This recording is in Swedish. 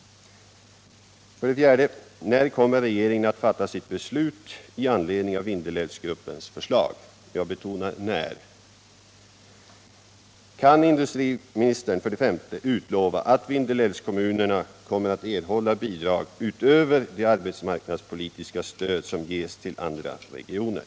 4. När kommer regeringen att fatta sitt beslut i anledning av Vindelälvsgruppens förslag? Jag betonar när. 5. Kan industriministern utlova att Vindelälvskommunerna kommer att erhålla bidrag utöver det arbetsmarknadspolitiska stöd som ges till andra regioner?